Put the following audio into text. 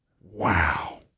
Wow